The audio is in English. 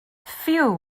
few